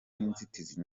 n’inzitizi